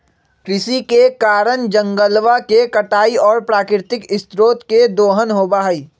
कृषि के कारण जंगलवा के कटाई और प्राकृतिक स्रोत के दोहन होबा हई